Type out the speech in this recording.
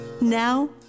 Now